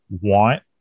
want